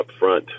upfront